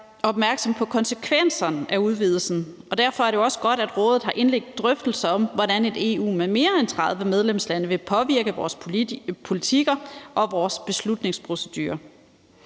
opmærksomme på konsekvenserne af udvidelsen, og derfor er det jo også godt, at Rådet har indledt drøftelser om, hvordan et EU med mere end 30 medlemslande vil påvirke vores politikker og vores beslutningsprocedurer.